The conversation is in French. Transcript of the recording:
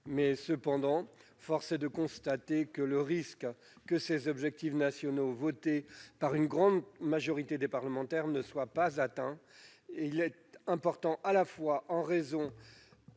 Mais force est de constater que le risque que ces objectifs nationaux, votés par une grande majorité des parlementaires, ne soient pas atteints est important, à la fois en raison